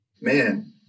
man